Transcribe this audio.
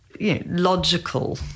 logical